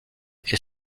est